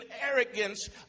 arrogance